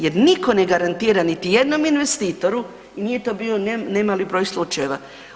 Jer nitko ne garantira niti jednom investitoru i nije to bio ne mali broj slučajeva.